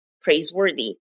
praiseworthy